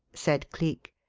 said cleek.